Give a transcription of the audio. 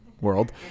world